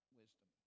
wisdom